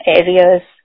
areas